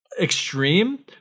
extreme